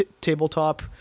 tabletop